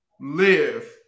live